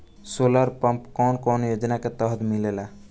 Solar pump कौने योजना के तहत मिलेला?